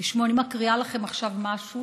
תשמעו, אני מקריאה לכם עכשיו משהו.